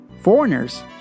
foreigners